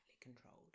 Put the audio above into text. controlled